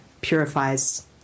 purifies